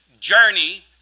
journey